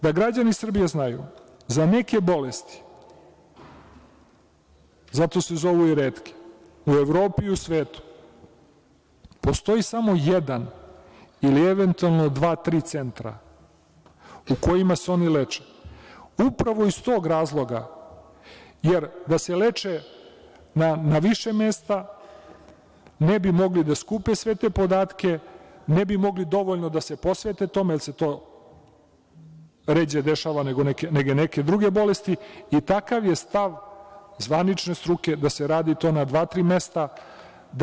Da građani Srbije znaju, za neke bolesti, zato se zovu i retke, u Evropi i u svetu postoji samo jedan ili eventualno dva ili tri centra u kojima se oni leče, upravo iz tog razloga, jer da se leče na više mesta, ne bi mogli da skupe sve te podatke, ne bi mogli dovoljno da se posvete tome, jer se to ređe dešava nego neke druge bolesti i takav je stav zvanične struke da se to radi na dva ili tri mesta.